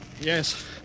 Yes